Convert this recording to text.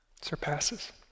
surpasses